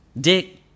Dick